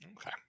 Okay